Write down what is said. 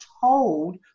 told